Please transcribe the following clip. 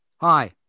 Hi